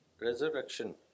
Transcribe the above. resurrection